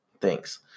Thanks